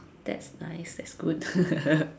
that's nice that's good